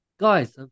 Guys